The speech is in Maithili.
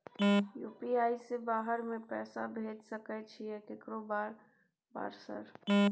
यु.पी.आई से बाहर में पैसा भेज सकय छीयै केकरो बार बार सर?